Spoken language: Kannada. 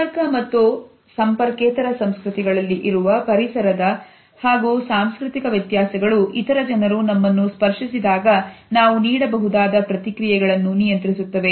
ಸಂಪರ್ಕ ಮತ್ತು ಸಂಪರ್ಕಿತ ಸಂಸ್ಕೃತಿಗಳಲ್ಲಿ ಇರುವ ಪರಿಸರದ ಹಾಗೂ ಸಾಂಸ್ಕೃತಿಕ ವ್ಯತ್ಯಾಸಗಳು ಇತರ ಜನರು ನಮ್ಮನ್ನು ಸ್ಪರ್ಶಿಸಿದಾಗ ನಾವು ನೀಡಬಹುದಾದ ಪ್ರತಿಕ್ರಿಯೆಗಳನ್ನು ನಿಯಂತ್ರಿಸುತ್ತವೆ